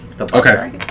Okay